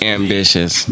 ambitious